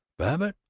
babbitt?